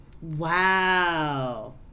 Wow